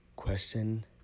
Question